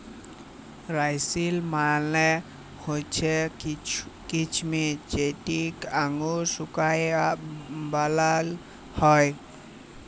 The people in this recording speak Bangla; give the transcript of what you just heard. রাইসিল মালে হছে কিছমিছ যেট আঙুরকে শুঁকায় বালাল হ্যয়